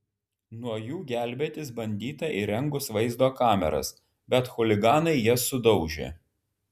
nuo jų gelbėtis bandyta įrengus vaizdo kameras bet chuliganai jas sudaužė